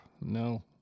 no